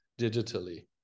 digitally